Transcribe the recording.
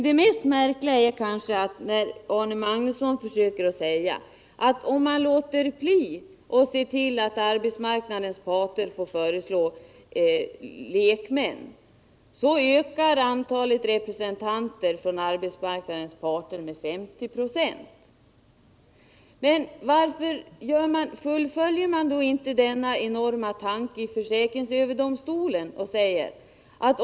Det mest märkliga är att Arne Magnusson säger att antalet representanter från arbetsmarknadens parter i dessa försäkringsrätter ökar med 50 26 om man låter bli att se till att arbetsmarknadens parter får föreslå lekmän. Varför fullföljer man då inte denna enorma tanke i försäkringsöverdomstolen?